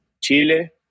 Chile